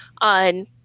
on